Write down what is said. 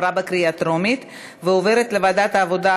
לוועדת העבודה,